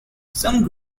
some